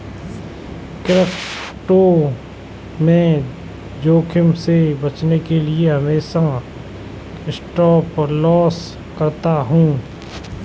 crypto में जोखिम से बचने के लिए मैं हमेशा स्टॉपलॉस लगाता हूं